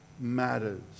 matters